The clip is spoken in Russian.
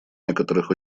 некоторых